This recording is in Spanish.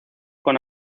con